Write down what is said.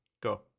Go